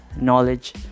knowledge